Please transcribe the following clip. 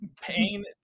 pain